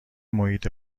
محیط